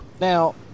Now